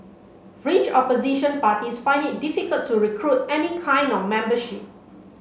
fringe opposition parties find it difficult to recruit any kind of membership